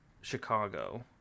Chicago